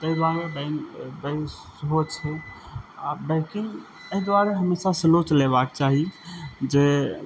ताहि दुआरे सेहो छै आ बाइकिंग एहि दुआरे हमेशा स्लो चलेबाक चाही जे